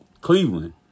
Cleveland